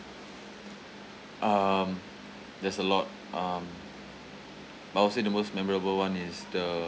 um there's a lot um but I would say the most memorable one is the